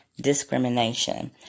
discrimination